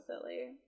silly